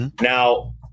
Now